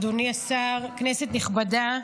אדוני השר, כנסת נכבדה,